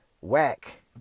whack